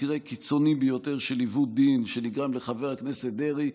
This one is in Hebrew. זה בהחלט מקרה קיצוני ביותר של עיוות דין שנגרם לחבר הכנסת דרעי,